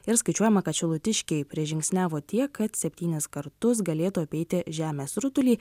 ir skaičiuojama kad šilutiškiai prižingsniavo tiek kad septynis kartus galėtų apeiti žemės rutulį